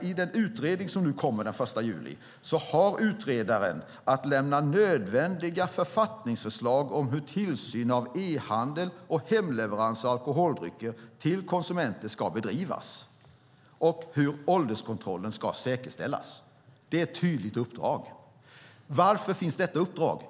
I den utredning som kommer den 1 juli ska utredaren lämna nödvändiga författningsförslag om hur tillsyn av e-handel och hemleveranser av alkoholdrycker till konsumenter ska bedrivas och hur ålderskontrollen ska säkerställas. Det är ett tydligt uppdrag. Varför finns detta uppdrag?